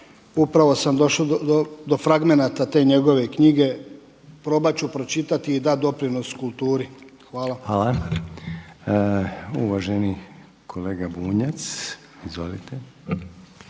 Upravo sam došao do fragmenata te njegove knjige, probat ću pročitati i dati doprinos kulturi. Hvala. **Reiner, Željko (HDZ)** Uvaženi kolega Bunjac. Izvolite.